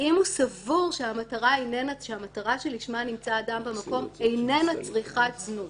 אם הוא סבור שהמטרה שלשמה נמצא אדם במקום איננה צריכת זנות.